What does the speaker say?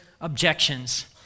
objections